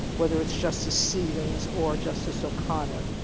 whether it's justice stevens or justice o'conner